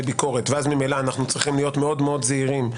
ביקרות ואז ממילא אנחנו צריכים להיות מאוד זהירים,